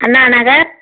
Anna Nagar